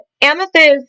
amethyst